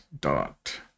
dot